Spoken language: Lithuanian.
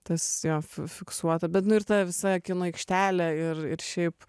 tas jo fiksuota bet nu ir ta visa kino aikštelė ir ir šiaip